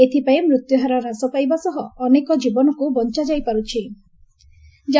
ଏଥିପାଇଁ ମୃତ୍ୟୁହାର ହ୍ରାସ ପାଇବା ସହ ଅନେକ ଜୀବନକ୍ର ବଞ୍ଚାଯାଇପାର୍ଚ୍ଚ ି